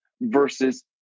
versus